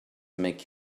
make